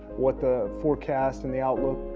what the forecast and the outlook,